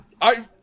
I